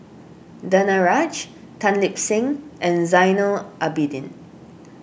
Danaraj Tan Lip Seng and Zainal Abidin